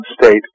State